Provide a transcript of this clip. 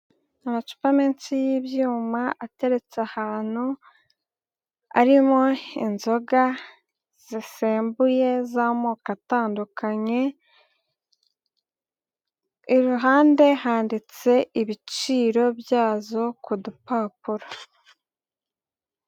Amacupa menshi y'ibyuma ateretse ahantu, arimo inzoga zisembuye z'amoko atandukanye. Iruhande handitse ibiciro byazo ku dupapuro.